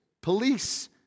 police